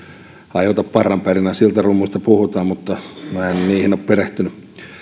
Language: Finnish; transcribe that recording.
aiheuta parran pärinää siltarummuista puhutaan mutta minä en niihin ole perehtynyt